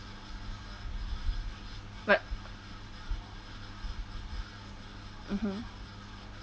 but mmhmm